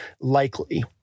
likely